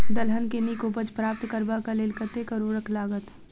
दलहन केँ नीक उपज प्राप्त करबाक लेल कतेक उर्वरक लागत?